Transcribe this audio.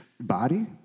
body